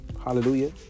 hallelujah